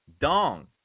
dong